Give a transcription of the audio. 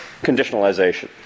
conditionalization